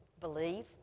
Believe